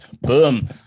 Boom